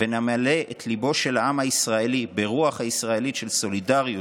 ונמלא את ליבו של העם הישראלי ברוח הישראלית של סולידריות,